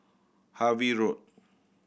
Harvey Road